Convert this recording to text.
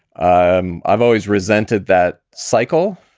um i've always resented that cycle.